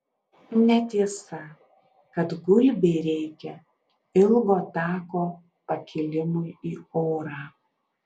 netiesa kad gulbei reikia ilgo tako pakilimui į orą